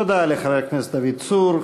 תודה לחבר הכנסת דוד צור.